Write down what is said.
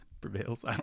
Prevails